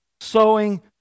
sowing